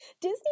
Disney